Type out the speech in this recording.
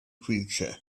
creature